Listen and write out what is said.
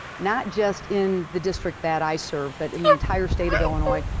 not just in the district that i serve, but in the entire state of illinois.